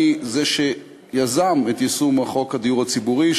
אני זה שיזם את יישום חוק הדיור הציבורי,